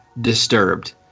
disturbed